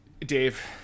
Dave